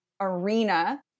arena